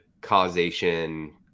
causation